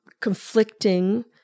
conflicting